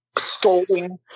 Scolding